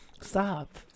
Stop